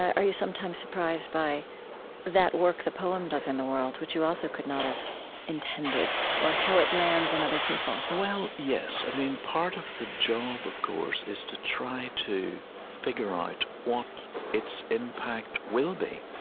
are you sometimes surprised by that work the poem does in the world, which you also could not have intended? or how it lands in other people? well, yes. i mean, part of the job, of course, is to try to figure out what its impact will be